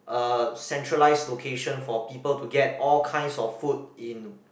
a centralize location for people to get all kinds of food in